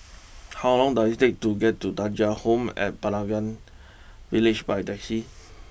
how long does it take to get to Thuja Home at Pelangi Village by taxi